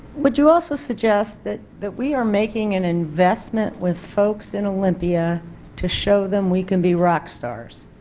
would you also suggest that that we are making an investment with folks in olympia to show them we can be rock stars?